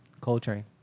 Coltrane